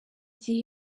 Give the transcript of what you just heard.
gihe